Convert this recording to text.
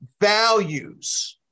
values